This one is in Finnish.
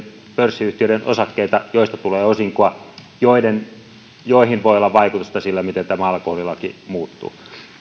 pörssiyhtiöiden osakkeita joista tulee osinkoa joihin voi olla vaikutusta sillä miten tämä alkoholilaki muuttuu